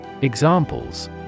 Examples